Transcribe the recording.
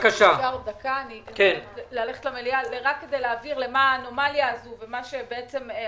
רק כדי להבהיר למה האנומליה הזאת ולמה זה גורם מה שעשיתם.